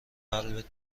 قلبت